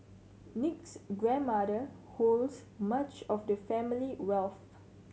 nick's grandmother holds much of the family wealth